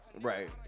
Right